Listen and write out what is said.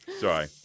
Sorry